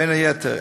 בין היתר,